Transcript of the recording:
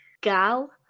gal